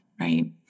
right